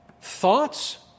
Thoughts